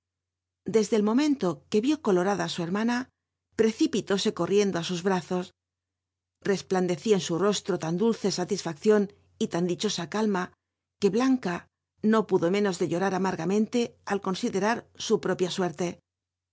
de el momento que ió colorad á u hermana precipilósc corriendo á sus hraws flc plamlccia en ros ro an dulce satisfacción y tan dichosa calma ijiic bjauca no pudo múnos de llorar amargame c al considerar su propia suer